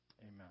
amen